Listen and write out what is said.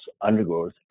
undergoes